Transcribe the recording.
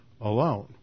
alone